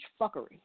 fuckery